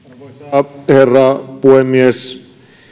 arvoisa herra puhemies